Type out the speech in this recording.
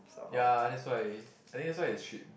ya that's why I think that's why it's cheap